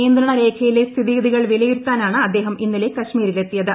നിയന്ത്രണ രേഖയിലെ സ്ഥിതിഗതികൾ വിലയിരുത്താനാണ് അദ്ദേഹം ഇന്നലെ കശ്മീരിലെത്തിയത്